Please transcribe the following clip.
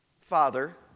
father